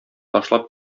ташлап